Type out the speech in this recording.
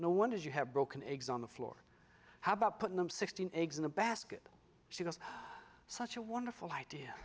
no one is you have broken eggs on the floor how about putting them sixteen eggs in a basket she has such a wonderful idea